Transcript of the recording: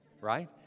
right